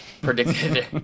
predicted